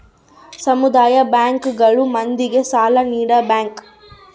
ಸಮುದಾಯ ಬ್ಯಾಂಕ್ ಗಳು ಮಂದಿಗೆ ಸಾಲ ನೀಡ ಬ್ಯಾಂಕ್